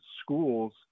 schools